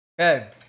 Okay